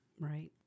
Right